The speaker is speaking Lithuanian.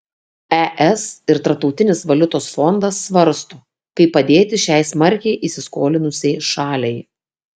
es ir tarptautinis valiutos fondas svarsto kaip padėti šiai smarkiai įsiskolinusiai šaliai